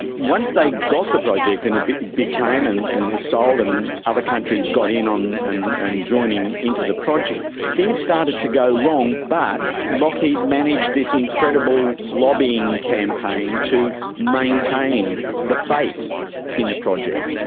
once they got the project and it became and and was sold and other countries got in on and and joining into the project, things started to go wrong, but lockheed managed this incredible lobbying campaign to maintain the faith in the project.